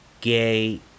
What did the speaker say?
gay